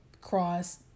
cross